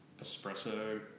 espresso